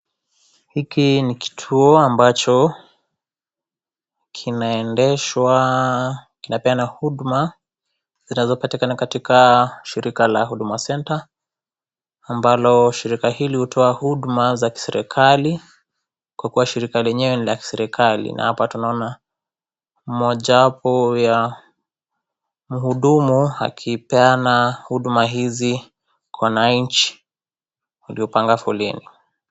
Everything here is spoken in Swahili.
Hiki ni kituo ambacho kinaendeshwa inapeana huduma zinazopatikana katika shirika la Huduma Centre ambalo shirika hili hutoa huduma za serikali kwa kuwa shirika lenyewe ni la serikali na hapa tunaona mojawapo wa mhudumu akipeana huduma hizi kwa wananchi waliopanga foleni.